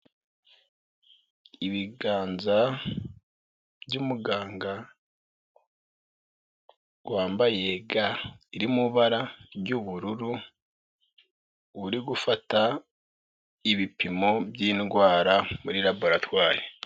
Ibiganza by'umuganga wambaye ga iri mu ibara ry'ubururu, uri gufata ibipimo by'indwara muri laboratwari.